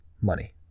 money